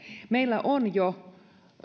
meillä on jo